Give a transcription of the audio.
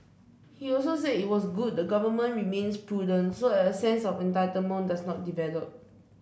he also said it was good the Government remains prudent so that a sense of entitlement does not develop